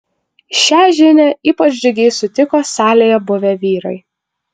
šią žinią ypač džiugiai sutiko salėje buvę vyrai